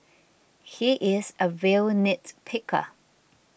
he is a real nitpicker